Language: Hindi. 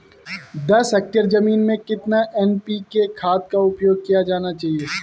दस हेक्टेयर जमीन में कितनी एन.पी.के खाद का उपयोग किया जाना चाहिए?